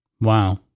Wow